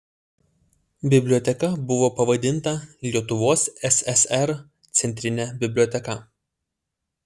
biblioteka buvo pavadinta lietuvos ssr centrine biblioteka